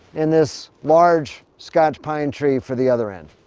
and this large scotch pine tree for the other end.